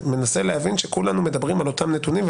מנסה להבין שכולנו מדברים על אותם הנתונים,